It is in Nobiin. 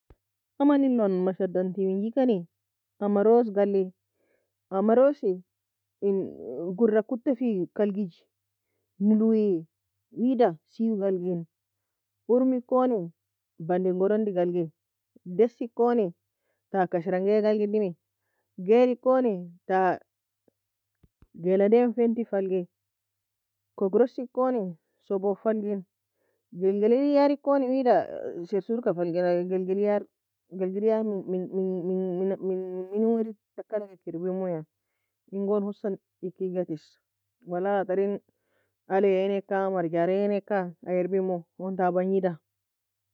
Aman elon masha edan teminji cani amrous ka algi amarous en godur kota fi ka algi nolu wida seau ga algi ormi koni bundy en groundi ga algi, daessie koni ta kashrangie ga algi elmi, gail ekon ta geladie fenti ka algi, kogrosi ekon sobou fa algi, gelgliar ekon wida sersour ka fa algi aye gelgliar gelgliar mn mn mnin ورد taka algi ka erper mou en gon hosan enga eaga tes wala aliya enka murjara enka aye erper mou an ta bungida